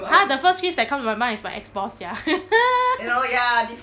!huh! the first chris that come to my mind is my ex-boss sia